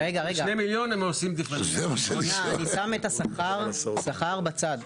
שם את השכר בצד.